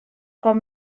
com